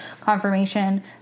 confirmation